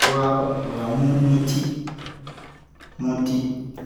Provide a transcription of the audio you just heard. vuware muti muuti